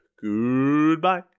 Goodbye